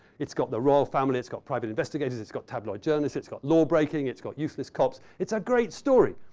it's got the royal family. it's got private investigators. it's got tabloid journalists. it's got law-breaking. it's got useless cops. it's a great story.